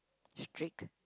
strict